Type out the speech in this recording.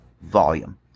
volume